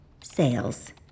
sales